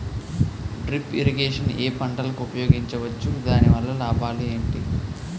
Drip irrigation ఏ పంటలకు ఉపయోగించవచ్చు? దాని వల్ల లాభాలు ఏంటి?